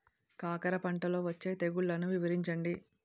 కాకర పంటలో వచ్చే తెగుళ్లను వివరించండి?